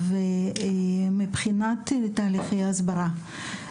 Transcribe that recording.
מבחינת תהליכי ההסברה,